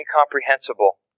incomprehensible